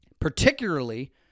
particularly